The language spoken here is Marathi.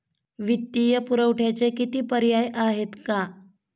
वित्तीय पुरवठ्याचे किती पर्याय आहेत का?